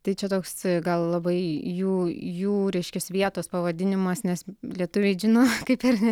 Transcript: tai čia toks gal labai jų jų reiškias vietos pavadinimas nes lietuviai džino kaip ir